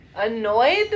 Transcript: annoyed